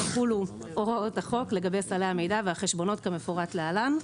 יחולו הוראות החוק לגבי סלי המידע והחשבונות כמפורט להלן,